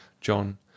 john